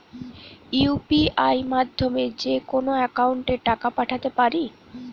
UPI মাধ্যমে যেকোনো একাউন্টে টাকা পাঠাতে পারি?